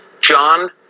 John